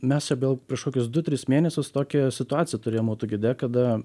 mes čia gal prieš kokius du tris mėnesius tokią situaciją turėjom autogide kada